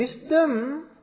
wisdom